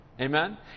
Amen